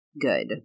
good